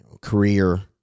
career